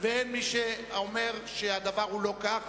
ואין מי שאומר שהדבר הוא לא כך,